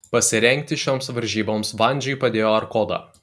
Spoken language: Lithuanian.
pasirengti šioms varžyboms vandžiui padėjo arkoda